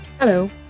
Hello